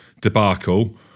debacle